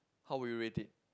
how would you rate it